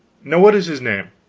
now, what is his name?